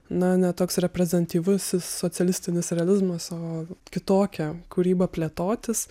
na ne toks reprezentatyvus socialistinis realizmas o kitokia kūryba plėtotis